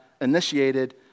initiated